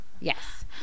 Yes